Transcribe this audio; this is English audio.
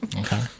Okay